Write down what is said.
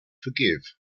forgive